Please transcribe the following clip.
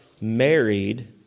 married